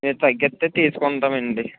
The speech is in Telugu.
రేటు తగ్గిస్తే తీసుకుంటాం అండి